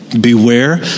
Beware